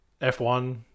F1